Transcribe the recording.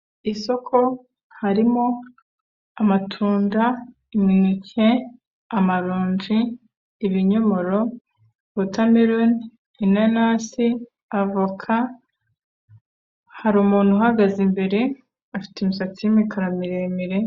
Isoko harimo amatunda, imineke, amaronji, ibinyomoro, wotameroni, inanasi, avoka. Hari umuntu uhagaze imbere afite imisatsi y'imikara miremire.